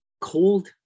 cold